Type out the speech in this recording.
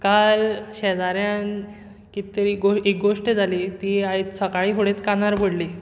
काल शेजाऱ्यान कित तरी गो एक गोश्ट जाली ती आयज सकाळीं फुडेंच कानार पडली